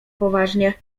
poważnie